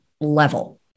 level